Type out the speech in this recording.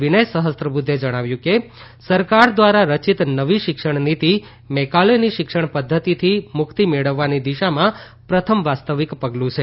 વિનય સહ્સ્ત્રબુદ્ધે જણાવ્યું કે સરકાર દ્વારા રચિત નવી શિક્ષણનીતિ મૈકાલેની શિક્ષણ પદ્ધતિથી મુક્તિ મેળવવાની દિશામાં પ્રથમ વાસ્તવિક પગલું છે